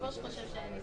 שוכנעו